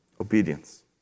Obedience